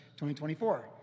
2024